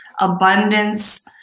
abundance